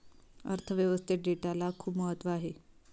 अर्थ व्यवस्थेत डेटाला खूप महत्त्व आहे